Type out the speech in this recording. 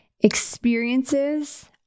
Experiences